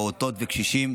פעוטות וקשישים,